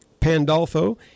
Pandolfo